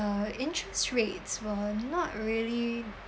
interest rates were not really